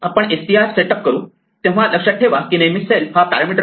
आपण str set up करू तेव्हा लक्षात ठेवा की नेहमी सेल्फ हा पॅरामिटर आहे